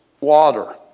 water